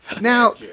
Now